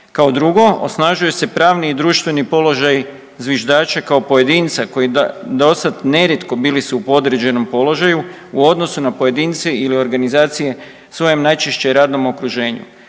Kao drugo, osnažuje se pravni i društveni položaj zviždača kao pojedinca, koji dosad nerijetko bili su u podređenom položaju, u odnosu na pojedince ili organizacije svojem najčešće radnom okruženju.